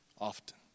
often